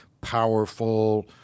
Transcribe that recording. powerful